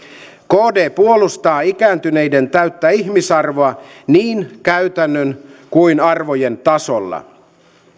kd puolustaa ikääntyneiden täyttä ihmisarvoa niin käytännön kuin arvojen tasolla